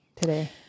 today